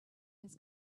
his